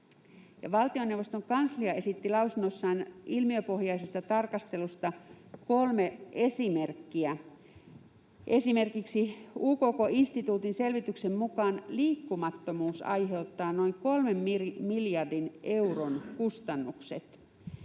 Valtioneuvoston kanslia esitti lausunnossaan ilmiöpohjaisesta tarkastelusta kolme esimerkkiä: esimerkiksi UKK-instituutin selvityksen mukaan liikkumattomuus aiheuttaa noin 3 miljardin euron kustannukset,